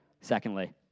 Secondly